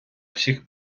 всіх